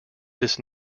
this